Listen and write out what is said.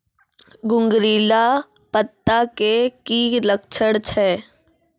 घुंगरीला पत्ता के की लक्छण छै?